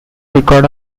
record